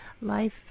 Life